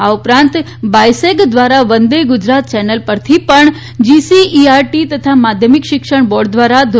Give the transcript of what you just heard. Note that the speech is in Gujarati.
આ ઉપરાંત બાયસેગ દ્વારા વંદે ગુજરાત ચેનલ ઉપર પણ જીસીઇઆરટી તથા માધ્યમિક શિક્ષણ બોર્ડ દ્વારા ધો